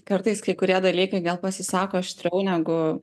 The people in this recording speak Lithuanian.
kartais kai kurie dalykai gal pasisako aštriau negu